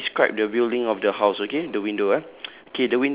okay I describe the building of the house okay the window ah